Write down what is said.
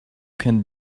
can